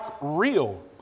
real